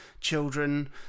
children